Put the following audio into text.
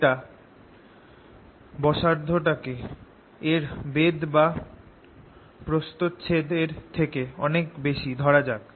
এট ব্যাসার্ধ টাকে এর বেধ বা প্রস্থচ্ছেদ এর থেকে অনেক বেশি ধরা যাক